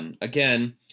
Again